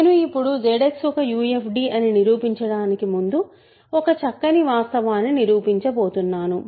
నేను ఇప్పుడు ZX ఒక UFD అని నిరూపించటానికి ముందు ఒక చక్కని వాస్తవాన్ని నిరూపించబోతున్నాను